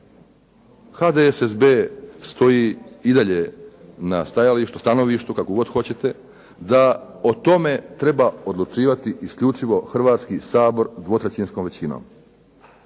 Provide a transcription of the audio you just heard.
HDSSB stoji i dalje na stajalištu, stanovištu, kako god hoćete, da o tome treba odlučivati isključivo Hrvatski sabor dvotrećinskom većinom.